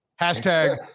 Hashtag